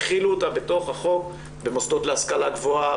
החילו אותה בתוך החוק במוסדות להשכלה גבוהה,